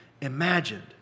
imagined